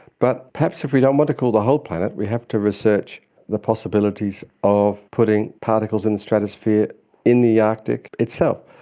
but perhaps if we don't want to cool the whole planet we have to research the possibilities of putting particles in the stratosphere in the arctic itself.